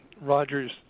Roger's –